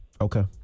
Okay